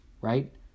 right